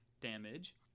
damage